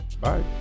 bye